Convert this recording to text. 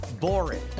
boring